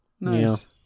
Nice